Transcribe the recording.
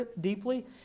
deeply